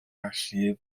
allu